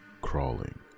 crawling